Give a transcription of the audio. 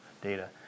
data